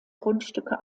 grundstücke